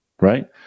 Right